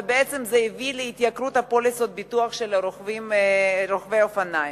ובעצם זה הביא להתייקרות פוליסות הביטוח של רוכבי האופנועים.